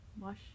wash